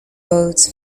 votes